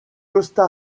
costa